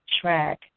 track